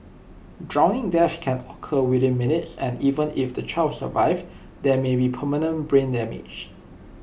drowning deaths can occur within minutes and even if the child survives there may be permanent brain damage